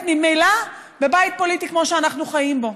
ממילא בבית פוליטי כמו שאנחנו חיים בו.